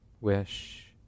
wish